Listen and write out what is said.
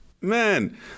man